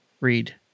read